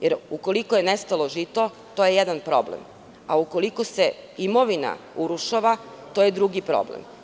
jer ukoliko je nestalo žito, to je jedan problem, a ukoliko se imovina urušava, to je drugi problem.